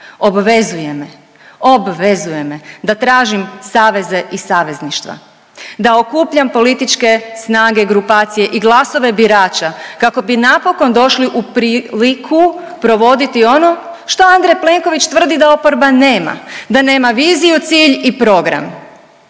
obvezuje me, obvezuje me da tražim saveze i savezništva, da okupljam političke snage, grupacije i glasove birača kako bi napokon došli u priliku provoditi ono šta Andrej Plenković tvrdi da oporba nema, da nema viziju, cilj i program.